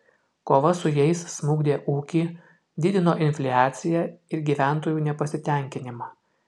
kova su jais smukdė ūkį didino infliaciją ir gyventojų nepasitenkinimą